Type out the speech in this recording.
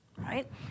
Right